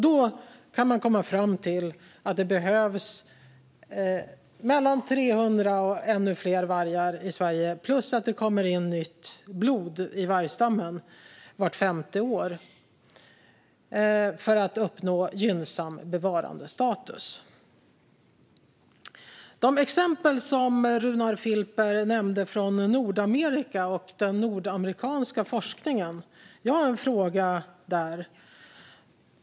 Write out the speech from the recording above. Då kan man komma fram till att det behövs 300 och ännu fler vargar i Sverige plus att det behöver komma in nytt blod i vargstammen vart femte år för att en gynnsam bevarandestatus ska uppnås. Jag har en fråga som gäller det Runar Filper nämnde angående Nordamerika och den nordamerikanska forskningen.